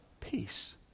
peace